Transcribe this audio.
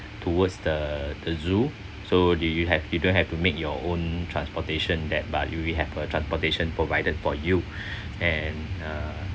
towards the the zoo so do you have you don't have to make your own transportation that but you will have a transportation provided for you and uh